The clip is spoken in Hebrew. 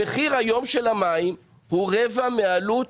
המחיר היום של המים הוא רבע מעלות,